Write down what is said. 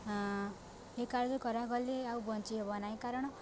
ଏ କାର୍ଯ୍ୟ କରାଗଲେ ଆଉ ବଞ୍ଚିହେବ ନାହିଁ